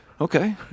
okay